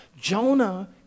Jonah